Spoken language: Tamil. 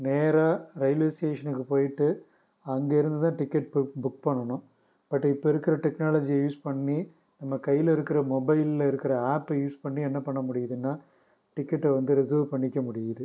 நேராக ரயில்வே ஸ்டேஷனுக்கு போயிட்டு அங்கேருந்து தான் டிக்கட் புக் புக் பண்ணணும் பட் இப்போ இருக்கிற டெக்னாலஜியை யூஸ் பண்ணி நம்ம கையில் இருக்கிற மொபைலில் இருக்கிற ஆப்பை யூஸ் பண்ணி என்ன பண்ண முடியுதுனா டிக்கெட்டை வந்து ரிசர்வ் பண்ணிக்க முடியிது